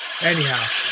Anyhow